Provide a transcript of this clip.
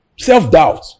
self-doubt